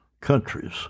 countries